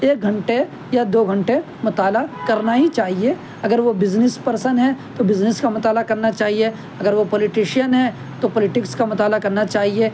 ایک گھنٹے یا دو گھنٹے مطالعہ کرنا ہی چاہیے اگر وہ بزنس پرسن ہے تو بزنس کا مطالعہ کرنا چاہیے اگر وہ پولیٹیشین ہے تو پولٹیکس کا مطالعہ کرنا چاہیے